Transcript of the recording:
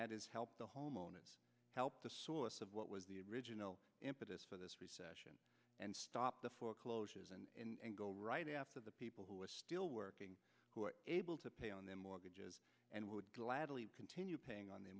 that is help the homeowners help the source of what was the original impetus for this recession and stop the foreclosures and go right after the people who are still working who are able to pay on their mortgages and would gladly continue paying on their